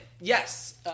Yes